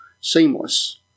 seamless